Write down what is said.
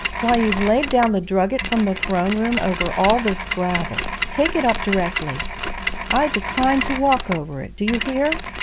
why, you've laid down the drugget from the throne-room over all this gravel. take it up directly i decline to walk over it. do you hear?